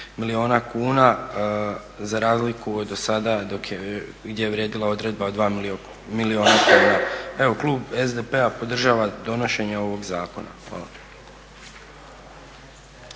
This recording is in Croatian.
milijuna kuna za razliku od dosada gdje je vrijedila odredba o 2 milijuna kuna. Evo, klub SDP-a podržava donošenje ovog zakona. Hvala.